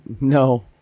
No